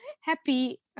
happy